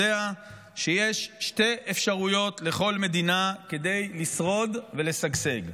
שלכל מדינה יש שתי אפשרויות לשרוד ולשגשג: